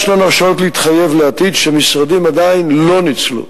ישנן הרשאות להתחייב לעתיד שהמשרדים עדיין לא ניצלו.